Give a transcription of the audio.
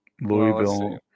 Louisville